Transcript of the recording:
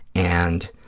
and,